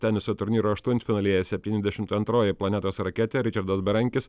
teniso turnyro aštuntfinalyje septyniasdešim antroji planetos raketė ričardas berankis